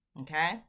okay